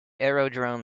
aerodrome